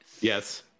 Yes